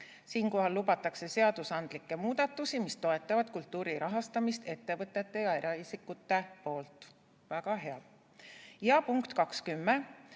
Siinkohal lubatakse seadusandlikke muudatusi, mis toetavad kultuuri rahastamist ettevõtete ja eraisikute poolt. Väga hea! Ja punkt 2.10: